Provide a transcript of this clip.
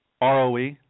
ROE